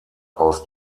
aus